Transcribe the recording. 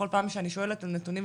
בכל פעם שאני שואלת על נתונים,